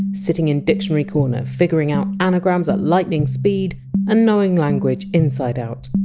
sitting in dictionary corner figuring out anagrams at lightning speed and knowing language inside out.